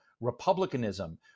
Republicanism